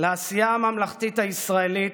לעשייה הממלכתית הישראלית,